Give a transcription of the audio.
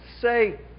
say